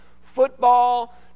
football